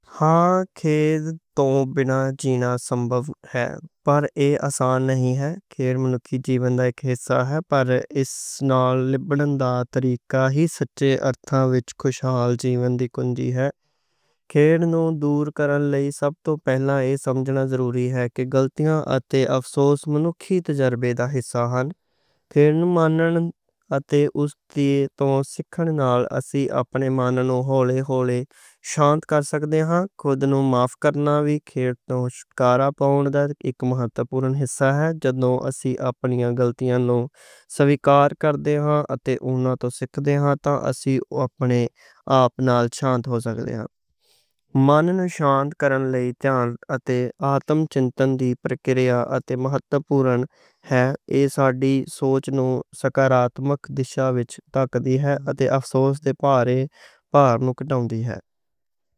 ہاں توں بنا جینا سمبھَو ہے پر ایہہ آسان نہیں ہے۔ جیون دا اک حصہ ہے، پر اس نال نبھّن دے طریقے ہی سچے نے۔ خوشحالی جیون دی کنجی ایہی ہے کہ افسوس نوں دُور کرن لئی سب توں پہلا ایہہ سمجھنا ضروری ہے کہ غلطیاں اتے افسوس منُکھی تجربے دا حصہ ہن۔ افسوس نوں مانن اتے اس توں سِکھن نال اسی اپنے من نوں ہولے ہولے شانت کر سکدے ہاں۔ افسوس نوں معاف کرنا وی اتے شکریہ پاؤنا اک مہتوپورن حصہ ہے۔ جدوں اسی اپنیاں غلطیاں نوں سویکار کر دے ہاں اتے اوہناں توں سِکھ دے ہاں، تاں اسی اپنے آپ نال شانت ہو سکدے ہاں۔ من نوں شانت کرن لئی دھیان اتے آتم چنتن دی پرکریا اتے مہتوپورن ہے۔ ایہہ ساڈی سوچ نوں سکاراتمک دشا وچ تاک دی ہے اتے افسوس توں پار لے جان دی ہے۔